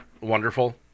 wonderful